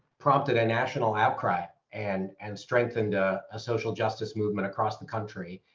prompted a national outcry and and strengthened a social justice movement across the country.